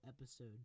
episode